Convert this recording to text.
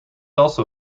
also